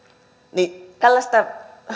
niin tällaista